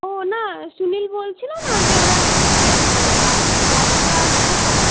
ও না সুনীল বলছিল না যে ওরা নিজেদের গাড়ি ভাড়া করে আসব